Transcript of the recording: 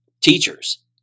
teachers